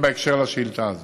זה בהקשר לשאילתה הזאת.